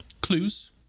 Clues